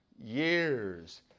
years